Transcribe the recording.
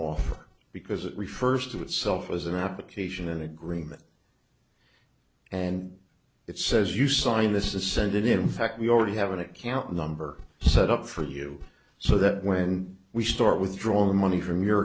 offer because it refers to itself as an application an agreement and it says you sign this is send it in fact we already have an account number set up for you so that when we start withdrawing money from your